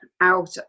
out